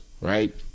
right